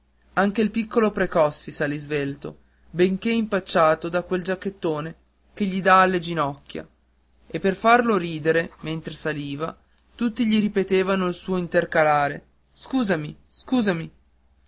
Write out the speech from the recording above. anche il piccolo precossi salì svelto benché impacciato da quel giacchettone che gli dà alle ginocchia e per farlo ridere mentre saliva tutti gli ripeteano il suo intercalare scusami scusami